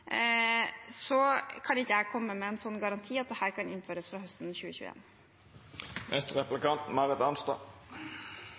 kan ikke jeg komme med noen garanti om at dette kan innføres fra høsten